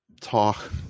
talk